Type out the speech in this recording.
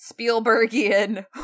spielbergian